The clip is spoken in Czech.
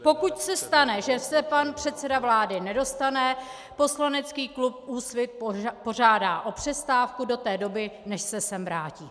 Pokud se stane, že se pan předseda vlády nedostaví, poslanecký klub Úsvit požádá o přestávku do té doby, než se sem vrátí.